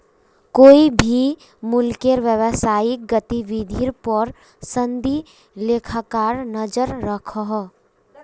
कोए भी मुल्केर व्यवसायिक गतिविधिर पोर संदी लेखाकार नज़र रखोह